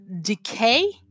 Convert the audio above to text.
decay